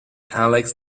alex